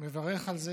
מברך על זה